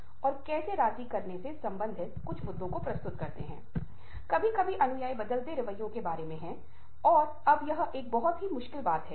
तो एक नई भाषा सीखने के लिए एक अस्तित्वगत की आवश्यकता है जो वयस्कों द्वारा उपयोग की जाती है